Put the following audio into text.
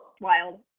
Wild